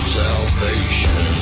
salvation